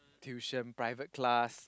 tuition private class